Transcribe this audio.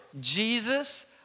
Jesus